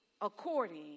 according